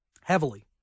heavily